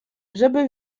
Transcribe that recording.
żeby